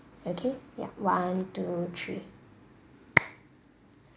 okay ya one two three